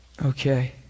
Okay